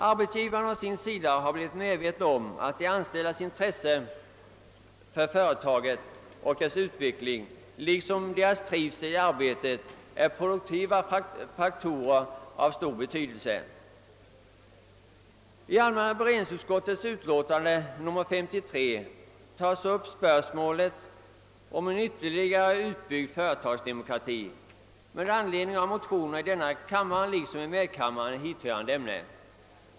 Arbetsgivarna å sin sida har blivit medvetna om att de anställdas intresse för företaget och dess utveckling liksom deras trivsel i arbetet är produktiva faktorer av stor betydelse. I allmänna beredningsutskottets utlåtande nr 53 tas upp spörsmålet om en ytterligare utbyggd företagsdemokrati med anledning av motioner i denna kammare liksom i medkammaren i hithörande ämne.